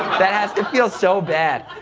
that has to feel so bad.